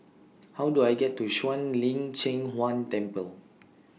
How Do I get to Shuang Lin Cheng Huang Temple